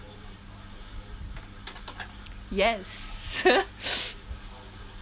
yes